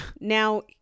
Now